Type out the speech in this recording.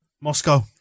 Moscow